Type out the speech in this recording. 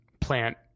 plant